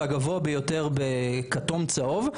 והגבוה ביותר הם בכתום ובצהוב.